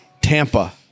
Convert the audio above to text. Tampa